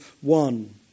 one